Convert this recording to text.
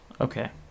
Okay